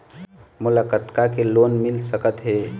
मोला कतका के लोन मिल सकत हे?